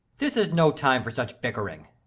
this is no time for such bickering.